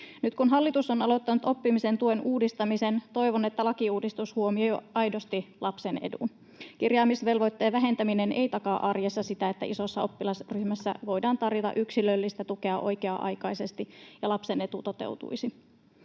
Nyt kun hallitus on aloittanut oppimisen tuen uudistamisen, toivon, että lakiuudistus huomioi aidosti lapsen edun. Kirjaamisvelvoitteen vähentäminen ei takaa arjessa sitä, että isossa oppilasryhmässä voidaan tarjota yksilöllistä tukea oikea-aikaisesti ja lapsen etu toteutuisi.